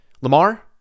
Lamar